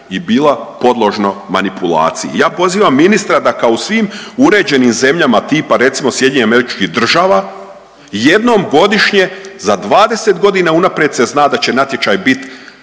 i bila podložno manipulaciji. Ja pozivam ministra da kao u svim uređenim zemljama tipa recimo SAD-a jednom godišnje za 20 godina unaprijed se zna da će natječaj bit